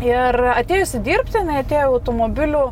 ir atėjusi dirbti jinai atėjo į automobilių